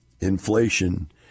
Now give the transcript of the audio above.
inflation